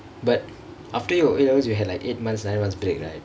but after your A levels you had like eight months nine months break right